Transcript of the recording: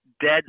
dead